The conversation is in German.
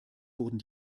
wurden